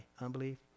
unbelief